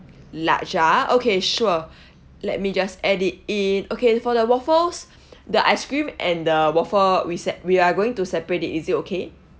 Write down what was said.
large ah okay sure let me just add it in okay for the waffles the ice cream and the waffle we se~ we are going to separate it is it okay